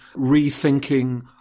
rethinking